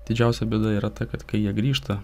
didžiausia bėda yra ta kad kai jie grįžta